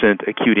acute